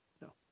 No